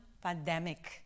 pandemic